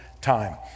time